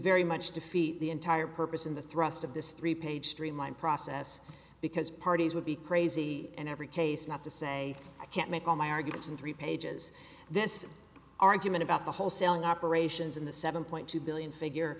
very much defeat the entire purpose and the thrust of this three page streamline process because parties would be crazy in every case not to say i can't make all my arguments in three pages this argument about the whole selling operations in the seven point two billion figure